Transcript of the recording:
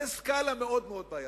זו סקאלה מאוד בעייתית,